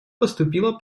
поступила